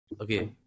Okay